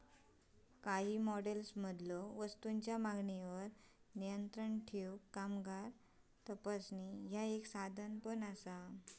काही मॉडेल्समधलो वस्तूंच्यो मागणीवर नियंत्रण ठेवूक कामगार तपासणी ह्या एक साधन असा